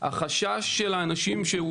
החשש של האנשים שהוא